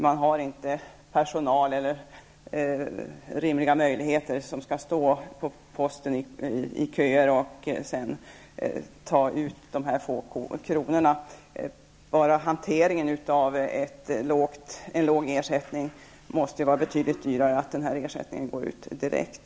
De har inte personal, och har inte några rimliga möjligheter att stå på posten i köer för att få ut dessa få kronor. Hanteringen av en låg ersättning måste vara betydligt dyrare än att ersättningen betalas ut direkt.